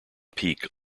peak